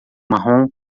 marrom